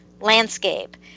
landscape